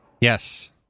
Yes